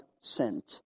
sent